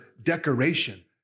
decoration